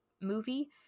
movie